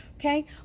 Okay